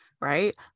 right